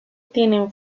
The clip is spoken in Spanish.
tienen